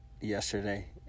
Yesterday